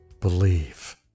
believe